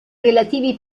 relativi